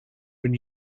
when